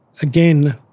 again